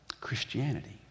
Christianity